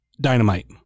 dynamite